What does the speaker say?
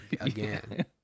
again